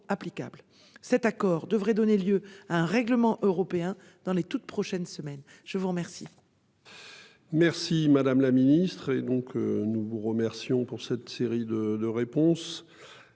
Cet accord devrait donner lieu à un règlement européen dans les toutes prochaines semaines. La parole